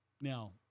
Now